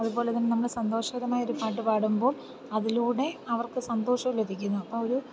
അതുപോലെത്തന്നെ നമ്മൾ സന്തോഷകരമായ ഒരു പാട്ട് പാടുമ്പം അതിലൂടെ അവർക്ക് സന്തോഷം ലഭിക്കുന്നു അപ്പോൾ ഒരു